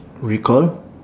recall